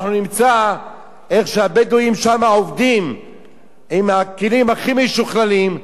אנחנו נמצא איך שהבדואים שם עובדים עם הכלים הכי משוכללים,